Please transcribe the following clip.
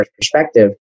perspective